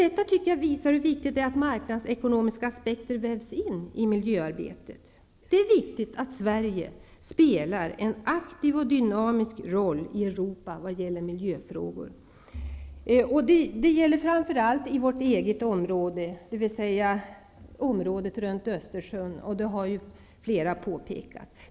Detta tycker jag visar hur viktigt det är att marknadsekonomiska aspekter vävs in i miljöarbetet. Det är viktigt att Sverige spelar en aktiv och dynamisk roll i Europa vad gäller miljöfrågor. Detta gäller framför allt i vårt eget område, dvs. området runt Östersjön, som flera har påpekat.